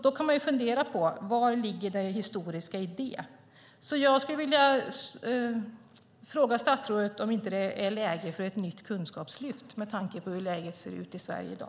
Man kan fundera på var det historiska ligger i det. Jag skulle vilja fråga statsrådet om det inte är läge för ett nytt kunskapslyft med tanke på hur det ser ut i Sverige i dag.